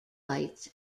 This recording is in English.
lights